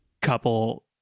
couple